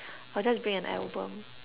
I'll just bring an album